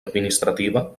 administrativa